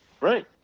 Right